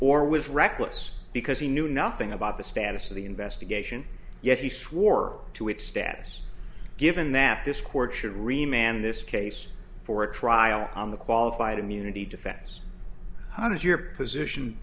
or was reckless because he knew nothing about the status of the investigation yes he swore to its status given that this court should remain in this case for a trial on the qualified immunity defense on it your position